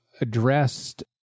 addressed